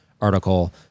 article